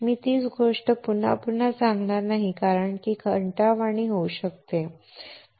मी तीच गोष्ट पुन्हा पुन्हा सांगणार नाही कारण ती कंटाळवाणी होऊ शकते